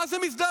ואז הם מזדעקים.